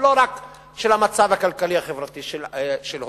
ולא רק של המצב החברתי של הוריהם: